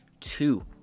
Two